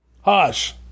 hush